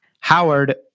Howard